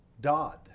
Dodd